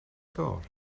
goll